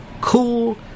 cool